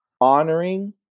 honoring